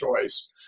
choice